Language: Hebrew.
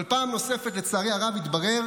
אבל פעם נוספת, לצערי הרב, התברר